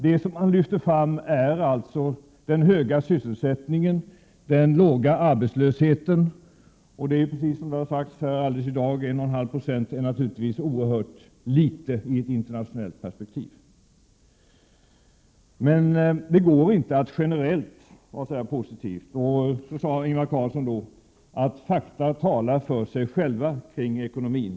Det som man lyfte fram är alltså den höga sysselsättningen, den låga arbetslösheten. Och som det sagts här i dag är naturligtvis 1,5 90 oerhört litet i ett internationellt perspektiv. Men det går inte att generellt vara så positiv. Ingvar Carlsson sade att fakta talar för sig själva kring ekonomin.